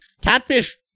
catfish